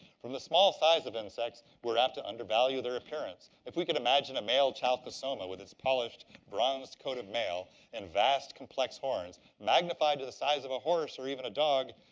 from the small size of insects, we're apt to undervalue their appearance. if we could imagine a male chalcosoma with its polished, bronzed coat of mail and vast complex horns, magnified to the size of a horse or even a dog,